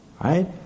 right